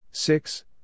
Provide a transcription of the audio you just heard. Six